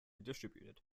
distributed